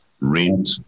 rent